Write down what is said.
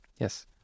Yes